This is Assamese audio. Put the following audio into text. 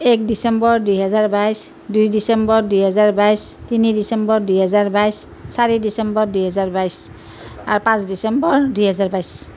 এক ডিচেম্বৰ দুহেজাৰ বাইছ দুই ডিচেম্বৰ দুহেজাৰ বাইছ তিনি ডিচেম্বৰ দুহেজাৰ বাইছ চাৰি ডিচেম্বৰ দুহেজাৰ বাইছ আৰু পাঁচ ডিচেম্বৰ দুহেজাৰ বাইছ